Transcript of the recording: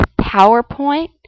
PowerPoint